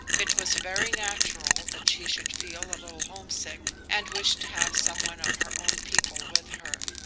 it was very natural that she should feel a little homesick, and wish to have some one of her own people with her.